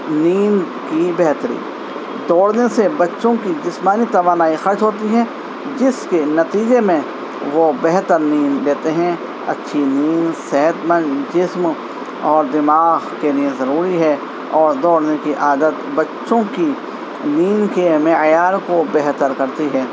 نیند کی بہتری دوڑنے سے بچوں کی جسمانی توانائی خرچ ہوتی ہے جس کے نتیجے میں وہ بہتر نیند لیتے ہیں اچھی نیند صحتمند جسم اور دماغ کے لیے ضروری ہے اور دوڑنے کی عادت بچوں کی نیند کے معیار کو بہتر کرتی ہے